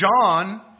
John